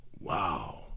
Wow